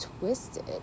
twisted